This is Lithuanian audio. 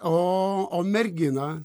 o o merginą